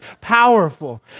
Powerful